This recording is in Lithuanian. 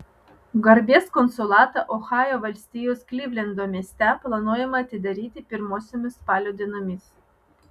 garbės konsulatą ohajo valstijos klivlendo mieste planuojama atidaryti pirmosiomis spalio dienomis